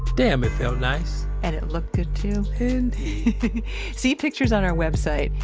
damn, it felt nice and it looked good too. and see pictures on our website,